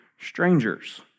strangers